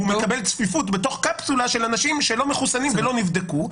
הוא מקבל צפיפות בתוך קפסולה של אנשים שלא מחוסנים ולא נבדקו,